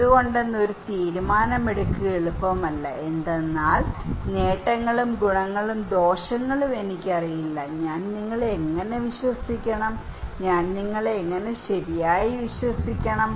എന്തുകൊണ്ടെന്ന് ഒരു തീരുമാനമെടുക്കുക എളുപ്പമല്ല എന്തെന്നാൽ നേട്ടങ്ങളും ഗുണങ്ങളും ദോഷങ്ങളും എനിക്കറിയില്ല ഞാൻ നിങ്ങളെ എങ്ങനെ വിശ്വസിക്കണം ഞാൻ നിങ്ങളെ എങ്ങനെ ശരിയായി വിശ്വസിക്കണം